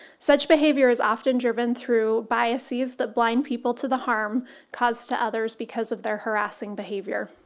such behavior is often driven through bias sees that blind people to the harm caused to others because of their harassing behavior.